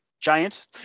giant